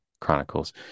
chronicles